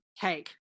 Cake